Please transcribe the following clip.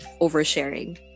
oversharing